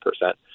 percent